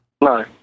No